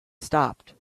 stopped